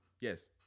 Yes